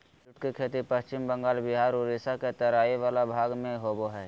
jute के खेती पश्चिम बंगाल बिहार उड़ीसा के तराई वला भाग में होबो हइ